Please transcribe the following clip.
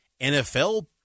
NFL